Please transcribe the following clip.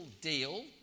deal